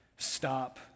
stop